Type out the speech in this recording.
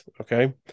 okay